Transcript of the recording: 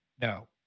no